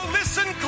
listen